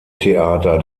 theater